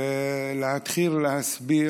ולהתחיל להסביר